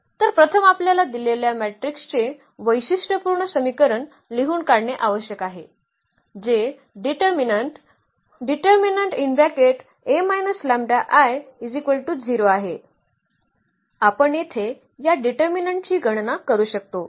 तर प्रथम आपल्याला दिलेल्या मेट्रिक्सचे वैशिष्ट्यपूर्ण समीकरण लिहून काढणे आवश्यक आहे जे आहे आणि या मॅट्रिक्ससाठी आपण येथे या डिटर्मिनन्टची गणना करू शकतो